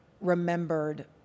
remembered